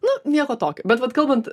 na nieko tokio bet vat kalbant